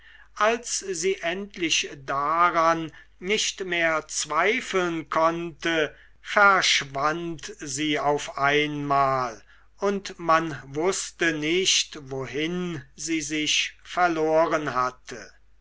als sie endlich daran nicht mehr zweifeln konnte verschwand sie auf einmal und man wußte nicht wohin sie sich verloren hatte